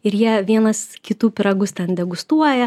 ir jie vienas kitų pyragus ten degustuoja